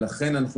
לכן אנחנו,